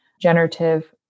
generative